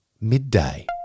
midday